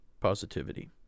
positivity